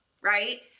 right